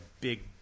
big